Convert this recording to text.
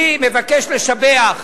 אני מבקש לשבח,